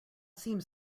seems